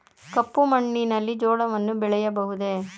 ಕಪ್ಪು ಮಣ್ಣಿನಲ್ಲಿ ಜೋಳವನ್ನು ಬೆಳೆಯಬಹುದೇ?